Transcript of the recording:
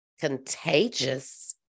contagious